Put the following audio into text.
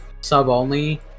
sub-only